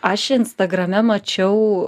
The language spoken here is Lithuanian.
aš instagrame mačiau